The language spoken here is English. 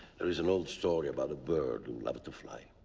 there's an old story about a bird who loved to fly.